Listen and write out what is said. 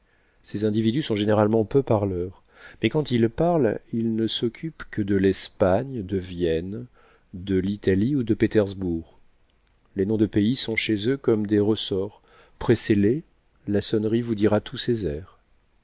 ces individus sont généralement peu parleurs mais quand ils parlent ils ne s'occupent que de l'espagne de vienne de l'italie ou de pétersbourg les noms de pays sont chez eux comme des ressorts pressez les la sonnerie vous dira tous ses airs